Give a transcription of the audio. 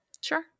Sure